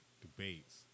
debates